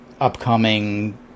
upcoming